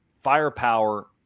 firepower